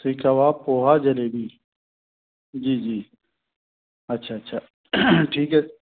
seek kebab poha jalebi जी जी अच्छा अच्छा ठीक है